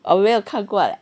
我没有看过